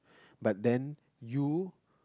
but then you